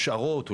השערות,